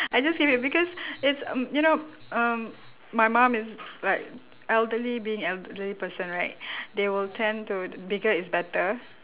I just keep it because it's um you know um my mum is like elderly being elderly person right they will tend to bigger is better